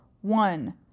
One